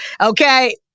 Okay